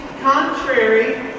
contrary